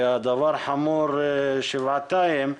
דבר חמור שבעתיים,